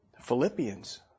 Philippians